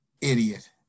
Idiot